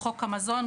חוק המזון,